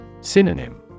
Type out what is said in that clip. Synonym